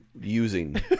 using